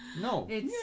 No